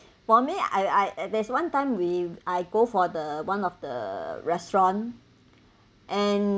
for me I I there's one time we I go for the one of the restaurant and